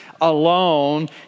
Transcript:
alone